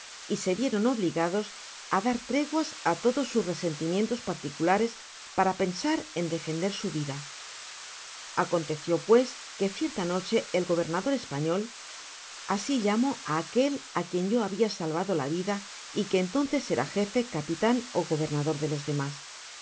y se vieron obligados á dar treguas á todos sus tesentimientos particulares para pensar en defender su vida aconteció pues que cierta noche el gobernador español asi llamo á aquel á quien yo habia salvado la vida y que entonces era gefe capitan ó gobernador de los demás